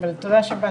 תודה שבאת.